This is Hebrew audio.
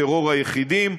טרור היחידים,